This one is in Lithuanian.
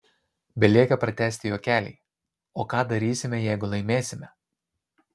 belieka pratęsti juokelį o ką darysime jeigu laimėsime